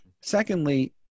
Secondly